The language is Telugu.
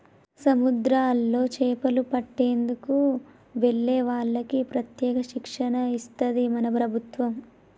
సముద్రాల్లో చేపలు పట్టేందుకు వెళ్లే వాళ్లకి ప్రత్యేక శిక్షణ ఇస్తది మన ప్రభుత్వం